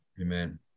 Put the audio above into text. Amen